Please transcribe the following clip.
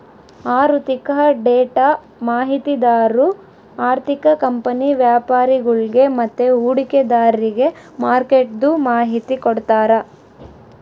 ಆಋಥಿಕ ಡೇಟಾ ಮಾಹಿತಿದಾರು ಆರ್ಥಿಕ ಕಂಪನಿ ವ್ಯಾಪರಿಗುಳ್ಗೆ ಮತ್ತೆ ಹೂಡಿಕೆದಾರ್ರಿಗೆ ಮಾರ್ಕೆಟ್ದು ಮಾಹಿತಿ ಕೊಡ್ತಾರ